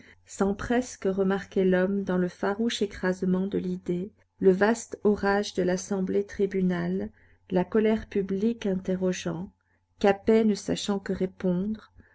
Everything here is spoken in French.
sans presque remarquer l'homme dans le farouche écrasement de l'idée le vaste orage de l'assemblée tribunal la colère publique interrogeant capet ne sachant que répondre